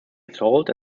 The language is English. assault